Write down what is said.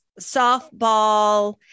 softball